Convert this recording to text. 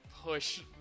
push